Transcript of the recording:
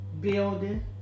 Building